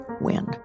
win